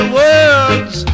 words